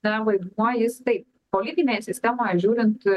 na vaidmuo jis taip politinėj sistemoje žiūrint